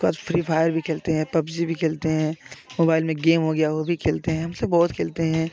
इसके बाद free fire भी खेलते हैं पबजी भी खेलते हैं मोबाइल में गेम हो गया वो भी खेलते हैं हम ये सब बहुत खेलते हैं